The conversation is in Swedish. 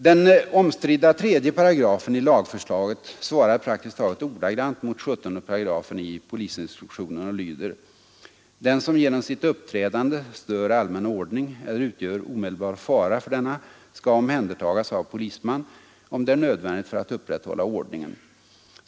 Den omstridda 3 § i lagförslaget svarar praktiskt taget ordagrant mot 17 § i polisinstruktionen och lyder ”Den som genom sitt uppträdande stör allmän ordning eller utgör omedelbar fara för denna skall omhändertagas av polisman, om det är nödvändigt för att upprätthålla ordningen.